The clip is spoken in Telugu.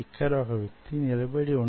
అక్కడ మీరు కణాలను పెంచవచ్చు